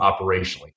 operationally